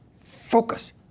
focus